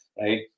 right